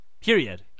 Period